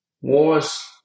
wars